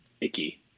icky